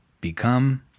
become